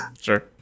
Sure